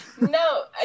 No